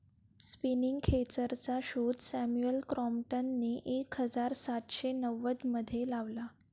spinning खेचरचा शोध Samuel क्रॉम्प्टनने एक हजार सातशे नव्वदमध्ये लावला